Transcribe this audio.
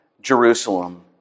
Jerusalem